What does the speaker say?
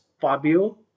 Fabio